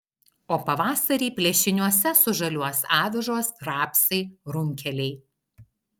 o pavasarį plėšiniuose sužaliuos avižos rapsai runkeliai